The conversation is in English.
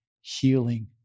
healing